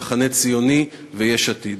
המחנה הציוני ויש עתיד.